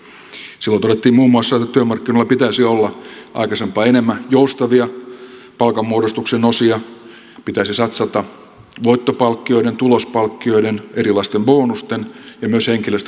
silloin todettiin muun muassa että työmarkkinoilla pitäisi olla aikaisempaa enemmän joustavia palkanmuodostuksen osia pitäisi satsata voittopalkkioiden tulospalkkioiden erilaisten bonusten ja myös henkilöstörahastojen käyttöön